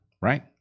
Right